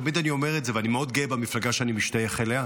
תמיד אני אומר את זה: אני מאוד גאה במפלגה שאני משתייך אליה,